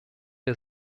der